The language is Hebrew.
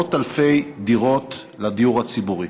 מאות אלפי דירות לדיור הציבורי.